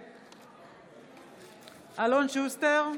נגד אלון שוסטר,